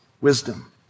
Wisdom